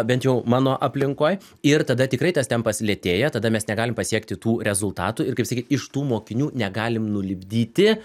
bent jau mano aplinkoj ir tada tikrai tas tempas lėtėja tada mes negalim pasiekti tų rezultatų ir kaip sakyt iš tų mokinių negalim nulipdyti